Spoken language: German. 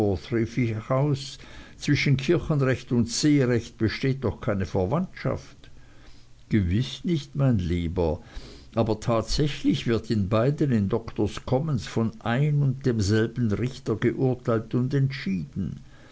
aus zwischen kirchenrecht und seerecht besteht doch keine verwandtschaft gewiß nicht mein lieber aber tatsächlich wird in beiden in doktors commons von ein und denselben richtern geurteilt und entschieden